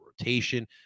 rotation